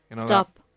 stop